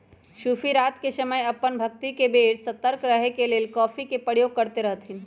सूफी रात के समय अप्पन भक्ति के बेर सतर्क रहे के लेल कॉफ़ी के प्रयोग करैत रहथिन्ह